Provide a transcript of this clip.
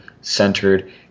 centered